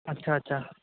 ਅੱਛਾ ਅੱਛਾ